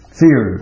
fear